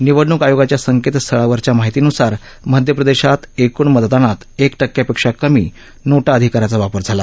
निवडणूक आयोगाच्या संकेत स्थळावरच्या माहितीनुसार मध्यप्रदेशात एकूण मतदानात एक टक्क्यापेक्षा कमी नोटा अधिकाराचा वापर झाला